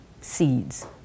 seeds